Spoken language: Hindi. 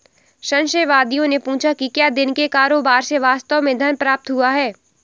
संशयवादियों ने पूछा कि क्या दिन के कारोबार से वास्तव में धन प्राप्त हुआ है